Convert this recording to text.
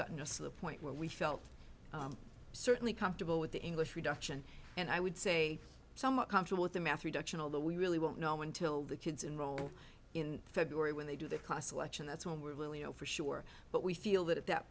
gotten a slow point where we felt certainly comfortable with the english reduction and i would say somewhat comfortable with the math reduction although we really won't know until the kids enroll in february when they do the class election that's when we will you know for sure but we feel that at that